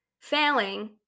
failing